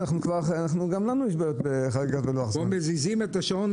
חברות וחברי הכנסת,